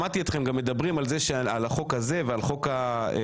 שמעתי אתכם גם מדברים על החוק הזה ועל חוק הנבצרות.